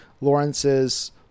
lawrence's